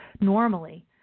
normally